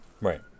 right